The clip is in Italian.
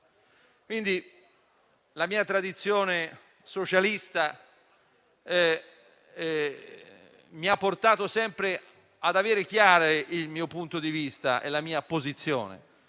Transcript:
La mia tradizione socialista mi ha portato quindi sempre ad avere chiari il mio punto di vista e la mia posizione.